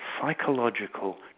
psychological